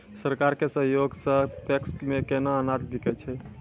सरकार के सहयोग सऽ पैक्स मे केना अनाज बिकै छै?